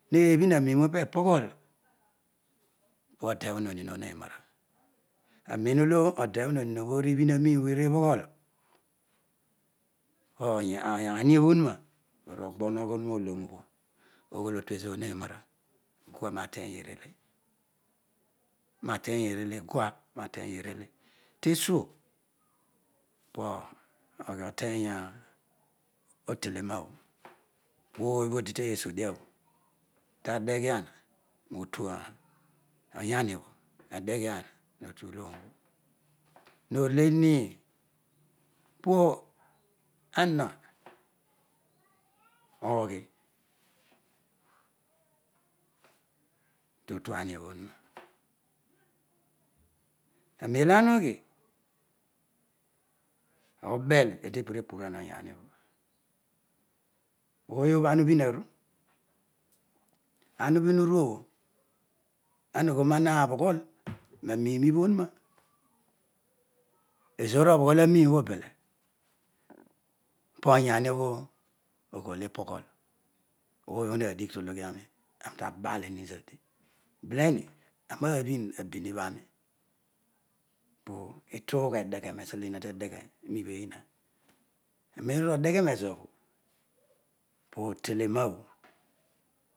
Heebhah arnain ipa epogha odebho ho hiin obho hepara, aroeholo odebho nonim obho hebhio amium obho erupoghol paaniobho ohurai oruogha ohogho ohuroa oloro obho oghol onuroa oloro obho oghol otuezoor heroara kuaroa teny ekele nroteny erele guah mateny erele tesua poghi oteny otele roabho taoy obho odi te sodia bho ta heghiah ristu oyahiobho adeghrior rootubho, arorele iinin po ana oghi totuani obhotonuroa aroelo ana ughi abel eedi tebireburaham oyeni obho ooyobho ana ubutn aku, ana ubhim inu obho ana ughol roana bho ghol roanmi ibho huroa ezoor obhoghol amin obho bele? Po oyamobho oyhol ipoghol obhowadiyh tologhi a wi aami tabali zodi, bele ri ayemi nabhi roabin ihoroi po itughedeghe roezohu eehete deghe roibhoeha roeraoho hoyu odeyhe roezobho pooteroa bho.